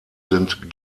sind